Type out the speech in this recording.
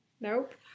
Nope